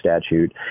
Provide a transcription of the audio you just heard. statute